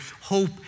hope